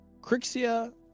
Crixia